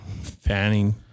Fanning